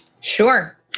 Sure